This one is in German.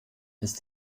ist